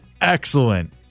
excellent